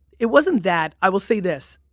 it wasn't that, i will say this.